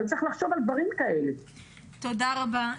תודה רבה.